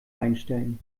einstellen